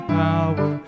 power